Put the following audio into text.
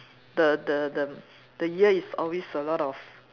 the the the the year is always a lot of